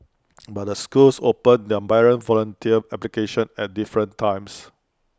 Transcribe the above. but the schools open their parent volunteer applications at different times